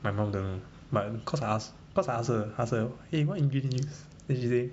my mom don't know but cause I as~ cause I ask her ask her eh why what ingredient you use then she